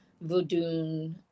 voodoo